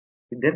विद्यार्थी आर